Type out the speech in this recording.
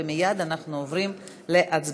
ומייד אנחנו עוברים להצבעות.